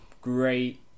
great